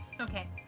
Okay